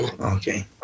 Okay